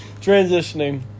transitioning